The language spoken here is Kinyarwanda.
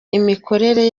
imikorere